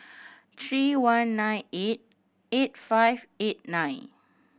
three one nine eight eight five eight nine